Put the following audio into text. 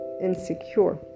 insecure